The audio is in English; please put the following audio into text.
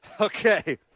Okay